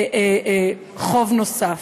חוב נוסף.